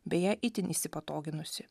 beje itin įsipatoginusi